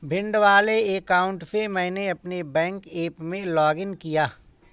भिंड वाले अकाउंट से मैंने अपने बैंक ऐप में लॉग इन किया